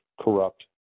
corrupt